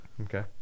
Okay